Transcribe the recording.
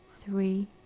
three